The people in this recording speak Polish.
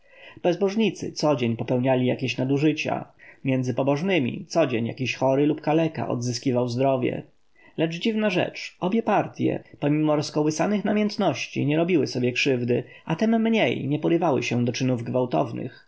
bezbożnicy codzień popełniali jakieś nadużycia między pobożnymi codzień jakiś chory lub kaleka odzyskiwał zdrowie lecz dziwna rzecz obie partje pomimo rozkołysanych namiętności nie robiły sobie krzywdy a tem mniej nie porywały się do czynów gwałtownych